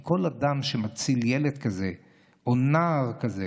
כל אדם שמציל ילד כזה או נער כזה